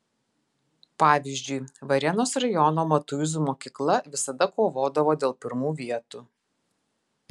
pavyzdžiui varėnos rajono matuizų mokykla visada kovodavo dėl pirmų vietų